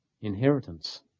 inheritance